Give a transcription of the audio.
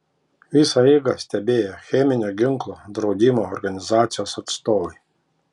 visą eigą stebėjo cheminio ginklo draudimo organizacijos atstovai